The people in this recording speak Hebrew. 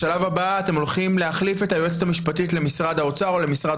בשלב הבא אתם הולכים להחליף את היועצת המשפטית למשרד האוצר או למשרד